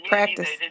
Practice